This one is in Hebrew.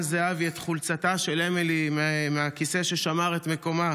זהבי את חולצתה של אמילי מהכיסא ששמר את מקומה